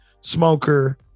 smoker